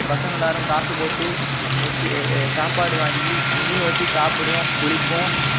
பசங்க எல்லோரும் காசு போட்டு ரொட்டி சாப்பாடு வாங்கி அங்கேயே வச்சு சாப்பிடுவோம் குளிப்போம்